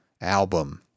album